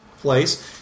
place